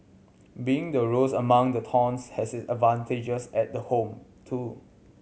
being the rose among the thorns has its advantages at the home too